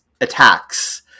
attacks